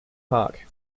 park